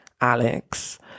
Alex